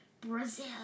Brazil